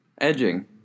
Edging